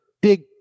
big